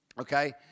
Okay